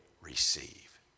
receive